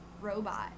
robot